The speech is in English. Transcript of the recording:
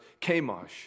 Kamosh